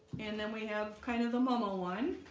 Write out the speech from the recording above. and then we have kind of the momo one